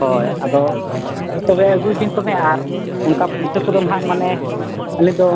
ᱦᱳᱭ ᱟᱫᱚ ᱦᱮᱸ ᱛᱚᱵᱮ ᱟᱹᱜᱩᱭ ᱵᱤᱱ ᱛᱚᱵᱮ ᱟᱨ ᱚᱱᱠᱟ ᱯᱩᱭᱥᱟᱹ ᱠᱚᱫᱚ ᱱᱟᱦᱟᱜ ᱢᱟᱱᱮ ᱟᱹᱞᱤᱧ ᱫᱚ